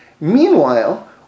Meanwhile